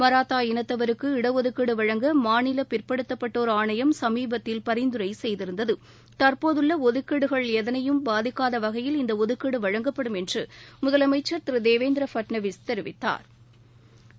மராத்தா இனத்தவருக்கு இடஒதுக்கீடு வழங்க மாநில பிற்படுத்தப்பட்டோர் ஆணையம் சமீபத்தில் பரிந்துரை செய்திருந்தது தற்போதுள்ள ஒதுக்கீடுகள் எதனையும் பாதிக்காத வகையில் இந்த ஒதுக்கீடு வழங்கப்படும் என்று முதலமைச்சர் திரு தேவேந்திர பட்னவீஸ் தெரிவித்தாா்